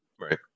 right